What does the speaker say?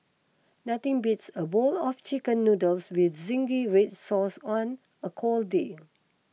nothing beats a bowl of Chicken Noodles with Zingy Red Sauce on a cold day